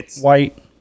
white